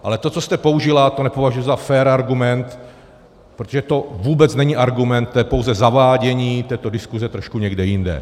Ale to, co jste použila, to nepovažuji za fér argument, protože to vůbec není argument, to je pouze zavádění této diskuse trošku někam jinam.